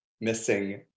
missing